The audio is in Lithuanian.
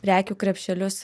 prekių krepšelius